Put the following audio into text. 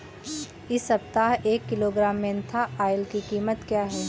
इस सप्ताह एक किलोग्राम मेन्था ऑइल की कीमत क्या है?